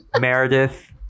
meredith